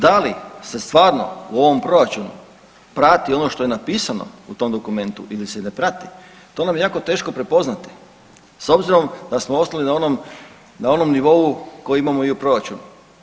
Da li se stvarno u ovom proračunu prati ono što je napisano u tom dokumentu ili se ne prati to nam je jako teško prepoznati s obzirom da smo ostali na onom, na onom nivou koji imamo i u proračunu.